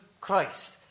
Christ